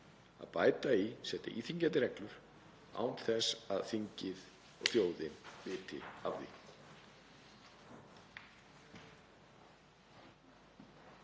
að bæta í og setja íþyngjandi reglur án þess að þingið og þjóðin viti af því.